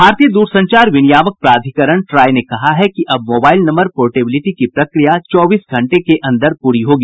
भारतीय दूरसंचार विनियामक प्राधिकरण ट्राई ने कहा है कि अब मोबाईल नम्बर पोर्टेबिलिटी की प्रक्रिया चौबीस घंटे के अंदर पूरी होगी